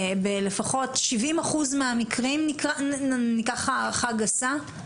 בלפחות 70% מהמקרים אם ניקח הערכה גסה,